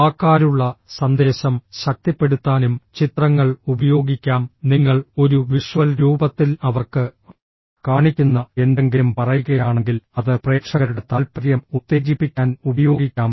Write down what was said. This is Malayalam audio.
വാക്കാലുള്ള സന്ദേശം ശക്തിപ്പെടുത്താനും ചിത്രങ്ങൾ ഉപയോഗിക്കാം നിങ്ങൾ ഒരു വിഷ്വൽ രൂപത്തിൽ അവർക്ക് കാണിക്കുന്ന എന്തെങ്കിലും പറയുകയാണെങ്കിൽ അത് പ്രേക്ഷകരുടെ താൽപര്യം ഉത്തേജിപ്പിക്കാൻ ഉപയോഗിക്കാം